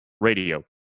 radio